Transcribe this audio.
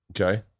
Okay